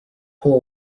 poor